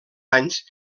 anys